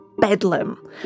bedlam